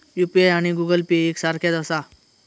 UPI आणि Google Pay एक सारख्याच आसा?